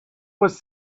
was